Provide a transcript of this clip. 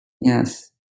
Yes